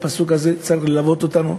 הפסוק הזה צריך ללוות אותנו.